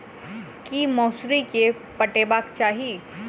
की मौसरी केँ पटेबाक चाहि?